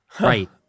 Right